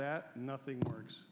that nothing works